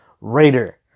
raider